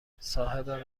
صاحبم